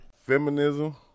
Feminism